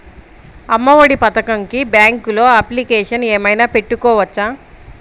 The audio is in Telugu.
అమ్మ ఒడి పథకంకి బ్యాంకులో అప్లికేషన్ ఏమైనా పెట్టుకోవచ్చా?